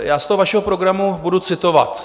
Já z vašeho programu budu citovat.